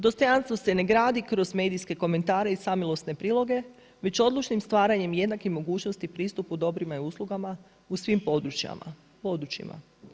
Dostojanstvo se ne gradi kroz medijske komentare i samilosne priloge već odlučnim stvaranjem jednakih mogućnosti pristupu dobrima i uslugama u svim područjima.